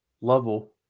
Level